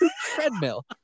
treadmill